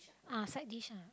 ah side dish ah